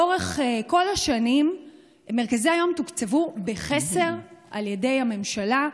לאורך כל השנים מרכזי היום תוקצבו בחסר על ידי הממשלה,